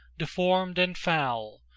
deformed and foul,